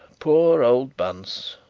poor old bunce